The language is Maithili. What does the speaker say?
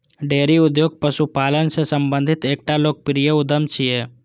डेयरी उद्योग पशुपालन सं संबंधित एकटा लोकप्रिय उद्यम छियै